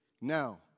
Now